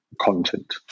content